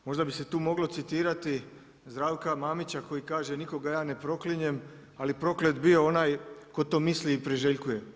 Možda bi se tu moglo citirati Zdravka Mamića koji kaže nikoga ja ne proklinjem ali proklet bio onaj tko to misli i priželjkuje.